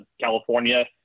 California